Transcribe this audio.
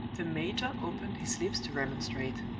the major opened his lips to remonstrate.